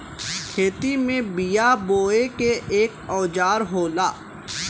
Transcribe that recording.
खेती में बिया बोये के एक औजार होला